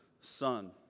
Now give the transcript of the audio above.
son